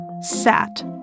sat